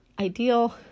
ideal